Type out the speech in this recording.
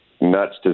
nuts